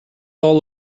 all